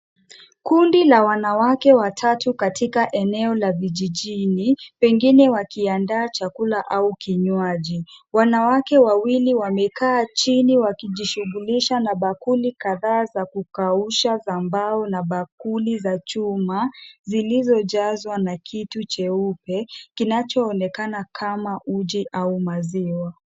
Kundi la wanawake watatu katika eneo la vijijini, pengine wakiandaa chakula au kinywaji. Wanawake wawili wamekaa chini wakijishughulisha na bakuli kadhaa za kukausha za mbao na bakuli za chuma, zilizojazwa na kitu cheupe, kinachoonekana kama uji au maziwa.